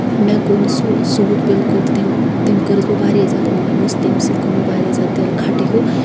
مےٚ گوٚو نہٕ سُہ سوٗٹ بالکُل تٔمۍ تٔمۍ کٔرٕس بہٕ واریاہ زیادٕ مایوٗس تٔمۍ سۭتۍ گوٚو مےٚ دِل واریاہ زیادٕ کھٹہٕ ہیوو